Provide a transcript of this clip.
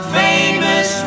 famous